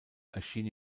erschien